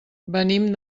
venim